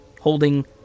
holding